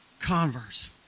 converse